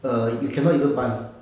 err you cannot even buy